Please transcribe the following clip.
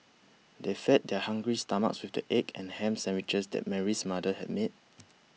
they fed their hungry stomachs with the egg and ham sandwiches that Mary's mother had made